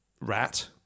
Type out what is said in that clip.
Rat